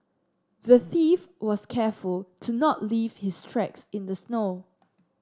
the thief was careful to not leave his tracks in the snow